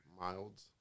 milds